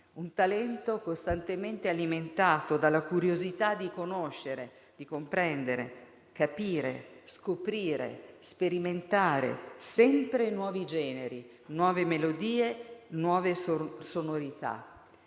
un talento costantemente alimentato dalla curiosità di conoscere, comprendere, capire, scoprire e sperimentare sempre nuovi generi, nuove melodie, nuove sonorità.